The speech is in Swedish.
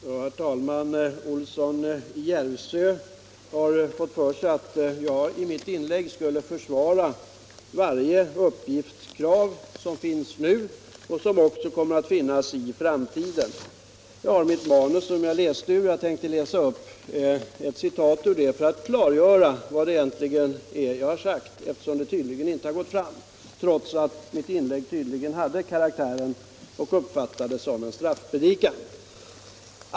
Herr talman! Herr Olsson i Järvsö har fått för sig att jag i mitt inlägg skulle ha försvarat varje uppgiftskrav som finns nu och som kommer att finnas i framtiden. Jag skall citera från mitt manus för att klargöra vad jag egentligen sade, eftersom det inte har gått fram trots att mitt inlägg tydligen uppfattades som en straffpredikan.